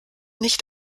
nicht